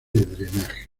drenaje